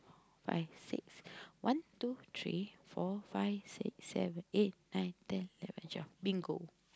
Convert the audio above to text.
five six one two three four five six seven eight nine ten eleven twelve bingo